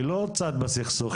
היא לא צד בסכסוך,